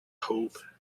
hoop